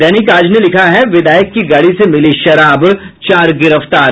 दैनिक आज ने लिखा है विधायक की गाड़ी से मिली शराब चार गिरफ्तार